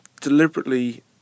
deliberately